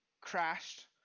crashed –